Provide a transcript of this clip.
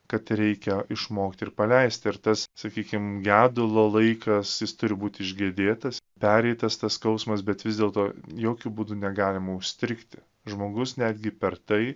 kad reikia išmokti ir paleisti ir tas sakykim gedulo laikas jis turi būti išgedėtas pereitas tas skausmas bet vis dėlto jokiu būdu negalima užstrigti žmogus netgi per tai